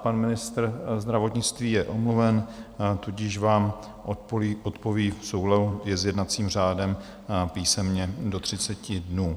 Pan ministr zdravotnictví je omluven, tudíž vám odpoví v souladu s jednacím řádem písemně do 30 dnů.